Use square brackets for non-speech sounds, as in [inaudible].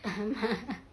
[laughs]